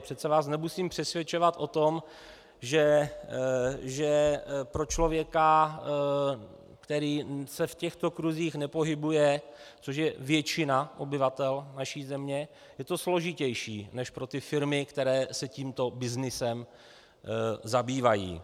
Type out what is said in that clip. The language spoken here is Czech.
Přece vás nemusím přesvědčovat o tom, že pro člověka, který se v těchto kruzích nepohybuje, což je většina obyvatel naší země, je to složitější než pro ty firmy, které se tímto byznysem zabývají.